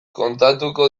kontatuko